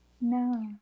No